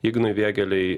ignui vėgėlei